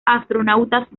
astronautas